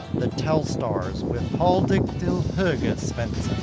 the telstars with hall dig till hoger, svensson